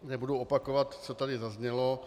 Nebudu opakovat, co tady zaznělo.